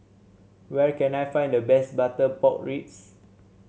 where can I find the best Butter Pork Ribs